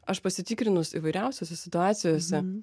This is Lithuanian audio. aš pasitikrinus įvairiausiose situacijose